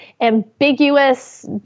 ambiguous